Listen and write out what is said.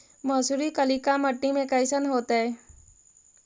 मसुरी कलिका मट्टी में कईसन होतै?